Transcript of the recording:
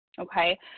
okay